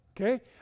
Okay